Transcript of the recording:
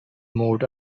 moved